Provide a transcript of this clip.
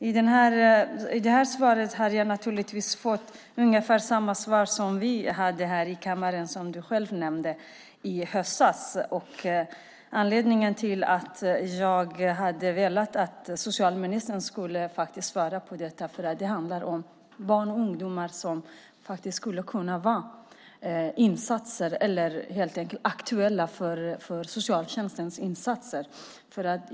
I det här svaret har jag fått ungefär samma svar som när vi hade debatten här i kammaren i höstas. Jag ville att socialministern skulle svara på detta eftersom det handlar om barn och ungdomar som skulle kunna vara aktuella för socialtjänstens insatser.